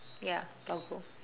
ya doggo